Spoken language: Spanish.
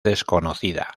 desconocida